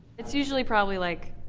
it's usually probably like.